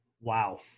Wow